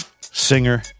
singer